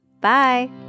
Bye